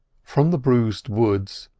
from the bruised woods,